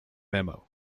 memo